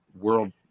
world